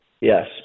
Yes